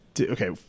Okay